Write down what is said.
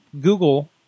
google